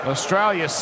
Australia